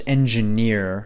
engineer